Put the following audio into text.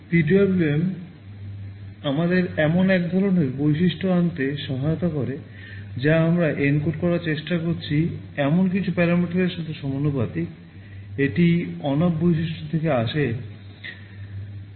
PWM আমাদের এমন এক ধরনের বৈশিষ্ট্য আনতে সহায়তা করে যা আমরা এনকোড বৈশিষ্ট্য থেকে আসে